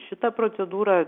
šitą procedūrą